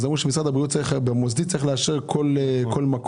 אמרו שמשרד הבריאות במוסדי צריך לאשר כל מקום.